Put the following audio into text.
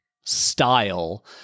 style